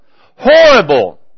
Horrible